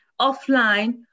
offline